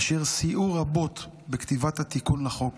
אשר סייעו רבות בכתיבת התיקון לחוק.